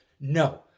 No